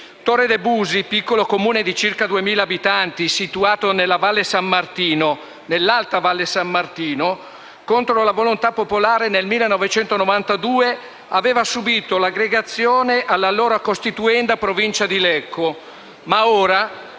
Torre de' Busi, piccolo Comune di circa 2.000 abitanti, situato nell'Alta Val San Martino, contro la volontà popolare, nel 1992, aveva subìto l'aggregazione all'allora costituenda provincia di Lecco, ma ora,